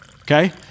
Okay